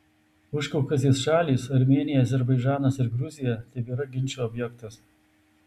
užkaukazės šalys armėnija azerbaidžanas ir gruzija tebėra ginčų objektas